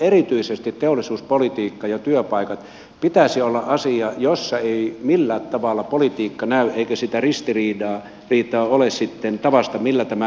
erityisesti teollisuuspolitiikan ja työpaikkojen pitäisi olla asioita joissa ei millään tavalla politiikka näy eikä sitä ristiriitaa ole tavasta millä tämä toteutetaan